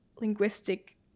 linguistic